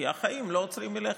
כי החיים לא עוצרים מלכת.